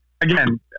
again